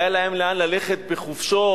היה להם לאן ללכת בחופשות,